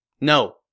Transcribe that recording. No